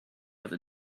other